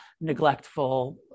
neglectful